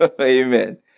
Amen